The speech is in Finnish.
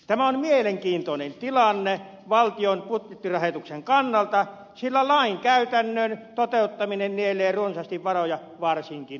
tämä on mielenkiintoinen tilanne valtion budjettirahoituksen kannalta sillä lain käytännön toteuttaminen nielee runsaasti varoja varsinkin alussa